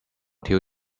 till